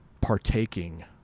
partaking